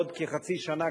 בעוד כחצי שנה,